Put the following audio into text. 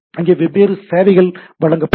அங்கே வெவ்வேறு சேவைகள் வழங்கப்படும்